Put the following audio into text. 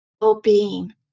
well-being